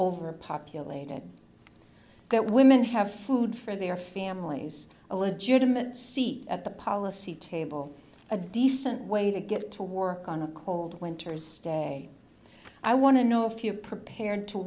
overpopulated that women have food for their families a legitimate seat at the policy table a decent way to get to work on a cold winter's day i want to know if you're prepared to